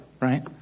right